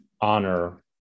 honor